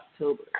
October